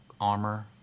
armor